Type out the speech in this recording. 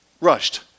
rushed